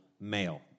male